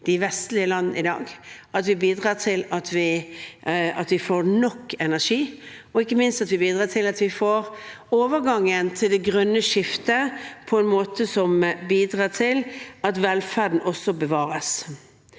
de vestlige land i dag, at vi får nok energi, og ikke minst at vi får til overgangen til det grønne skiftet på en måte som bidrar til at velferden også bevares.